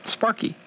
Sparky